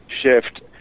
shift